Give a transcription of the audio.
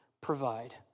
provide